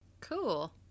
Cool